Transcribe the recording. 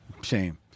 Shame